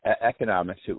economics